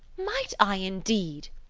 might i, indeed.